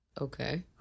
Okay